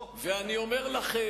או, זו בשורה